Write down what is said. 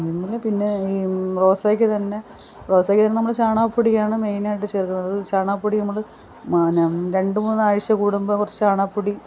അല്ലെങ്കിൽ പിന്നെയീ റോസായ്ക്ക് തന്നെ റോസായ്ക്ക് തന്നെ നമ്മൾ ചാണക പൊടിയാണ് നമ്മൾ മെയിനായിട്ട് ചേർക്കുന്നത് ചാണകപ്പൊടി നമ്മൾ മാ പിന്നെ രണ്ട് മൂന്നാഴ്ച്ച കൂടുമ്പോൾ കുറച്ച് ചാണകപ്പൊടി